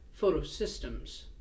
photosystems